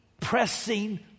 pressing